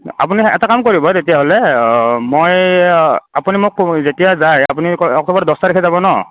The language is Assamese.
আপুনি এটা কাম কৰিব তেতিয়াহ'লে মই আপুনি মোক যেতিয়া যায় আপুনি অক্টোবৰ দহ তাৰিখে যাব ন'